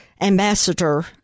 ambassador